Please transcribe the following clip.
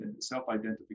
self-identification